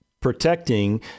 protecting